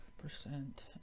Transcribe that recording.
percent